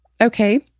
Okay